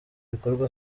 bikorwa